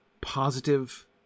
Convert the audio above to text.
positive